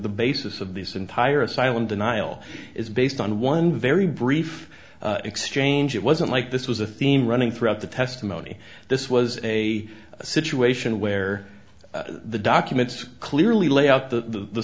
basis of this entire asylum denial is based on one very brief exchange it wasn't like this was a theme running throughout the testimony this was a situation where the documents clearly lay out the